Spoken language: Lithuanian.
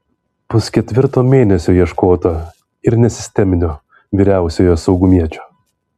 pusketvirto mėnesio ieškota ir nesisteminio vyriausiojo saugumiečio